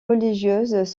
religieuses